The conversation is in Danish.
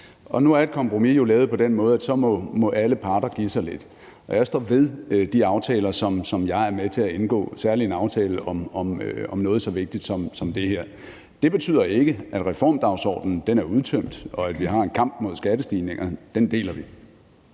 nu er et kompromis jo lavet på den måde, at så må alle parter give sig lidt. Og jeg står ved de aftaler, som jeg er med til at indgå, særlig en aftale om noget så vigtigt som det her. Det betyder ikke, at reformdagsordenen er udtømt, og at vi ikke har en kamp mod skattestigninger. Den kamp deler vi.